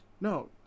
No